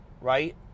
right